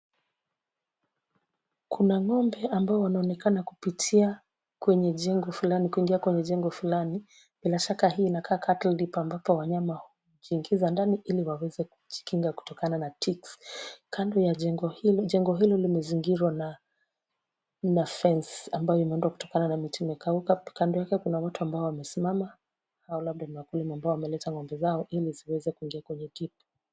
Kuna ng'ombe ambao wanaonekana kupitia kwenye jengo fulani kuingia kwenye jengo fulani, bila shaka hii inakaa cattle dip ambapo wanyama hujiingiza ndani ili waweze kujikinga kutokana na ticks . Kando ya jengo hili jengo hilo limezingirwa na fence ambayo imeundwa kutokana na miti imekauka. Kando yake kuna watu ambao wamesimama, hao labda ni wakulima ambao wameleta ng'ombe zao ili ziweze kuingia kwenye dip .